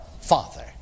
father